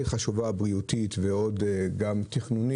שאולי היא חשובה בריאותית וגם תכנונית,